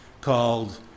called